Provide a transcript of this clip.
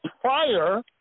prior